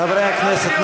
חברי הכנסת,